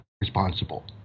responsible